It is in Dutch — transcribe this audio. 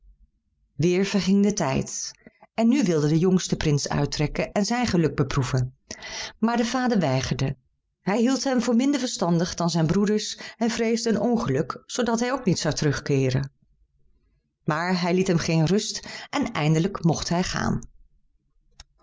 verging de tijd en nu wilde de jongste prins uittrekken en zijn geluk beproeven maar de vader weigerde hij hield hem voor minder verstandig dan zijn broeders en vreesde een ongeluk zoodat hij ook niet zou terugkeeren maar hij liet hem geen rust en eindelijk mocht hij gaan